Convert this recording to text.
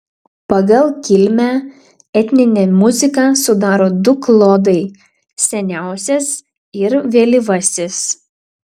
pagal kilmę etninę muziką sudaro du klodai seniausias ir vėlyvasis